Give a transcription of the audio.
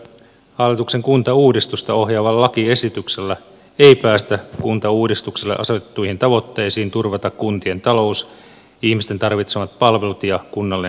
hallituksen kuntauudistusta ohjaavalla lakiesityksellä ei päästä kuntauudistukselle asetettuihin tavoitteisiin turvata kuntien talous ihmisten tarvitsemat palvelut ja kunnallinen demokratia